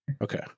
Okay